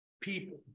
people